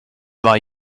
war